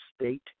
State